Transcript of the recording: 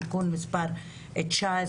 תיקון מספר 19,